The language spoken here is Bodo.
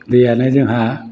दैयानो जोंहा